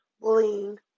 bullying